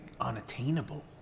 unattainable